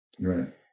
Right